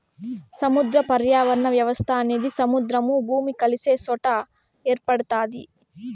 సముద్ర పర్యావరణ వ్యవస్థ అనేది సముద్రము, భూమి కలిసే సొట ఏర్పడుతాది